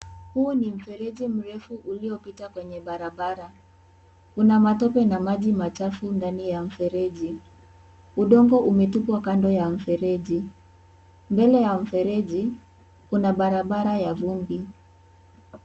Huu ni mfereji mrefu uliopita kwenye barabara , una matope na maji machafu ndani ya mfereji, udongo umetupwa kando ya mfereji, mbele ya mfereji kuna barabara ya vumbi .